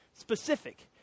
specific